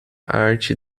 arte